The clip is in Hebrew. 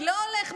אני לא הולך,